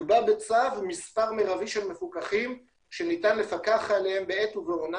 יקבע בצו מספר מרבי של מפוקחים שניתן לפקח עליהם בעת ובעונה